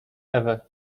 ewę